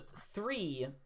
three